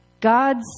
God's